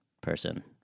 person